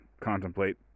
contemplate